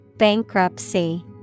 Bankruptcy